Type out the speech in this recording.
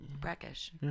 Brackish